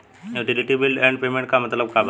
Utility bills and payments क मतलब का बा?